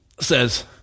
says